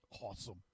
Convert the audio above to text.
Awesome